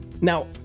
Now